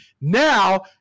Now